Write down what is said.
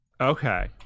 Okay